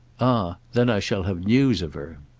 ah then i shall have news of her.